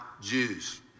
Jews